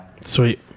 Sweet